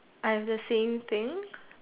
I have the same thing